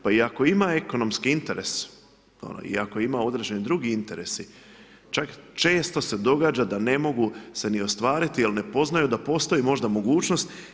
Pa i ako ima ekonomski interes, i ako određeni drugi interesi, čak često se događa da ne mogu se ostvariti, jer ne poznaju da postoji možda i mogućnost.